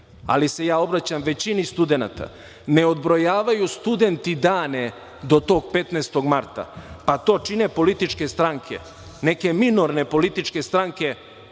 ali se ja obraćam većini studenata – ne odbrojavaju studenti dane do tog 15. marta, to čine političke stranke. Neke minorne političke stranke,